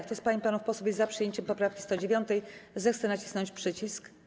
Kto z pań i panów posłów jest za przyjęciem poprawki 109., zechce nacisnąć przycisk.